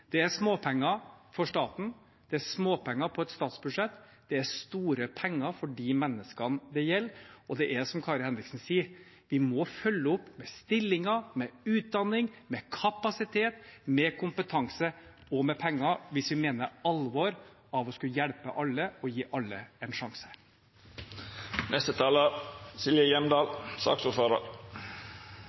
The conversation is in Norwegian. Det er småpenger for staten, det er småpenger på et statsbudsjett, det er store penger for de menneskene det gjelder. Og det er som Kari Henriksen sier – vi må følge opp med stillinger, med utdanning, med kapasitet, med kompetanse og med penger hvis vi mener alvor med å skulle hjelpe alle og gi alle en